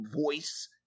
voice